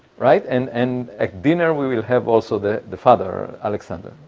right? and, and, at dinner we will have also the the father alexander,